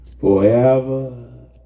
forever